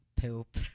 poop